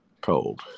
cold